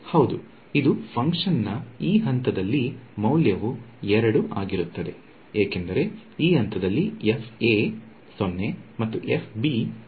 ಹೌದು ಇದು ಫಂಕ್ಷನ್ ನ ಈ ಹಂತದಲ್ಲಿ ಮೌಲ್ಯವು 2 ಆಗಿರುತ್ತದೆ ಏಕೆಂದರೆ ಈ ಹಂತದಲ್ಲಿ FA 0 ಮತ್ತು fb 2 ಇದೆ